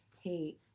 hey